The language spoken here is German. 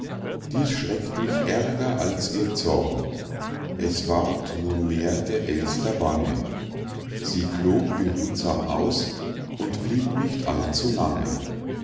dies schreckt mich ärger als ihr zorn es ward nunmehr der elster bange sie flog behutsam aus und blieb nicht allzu lange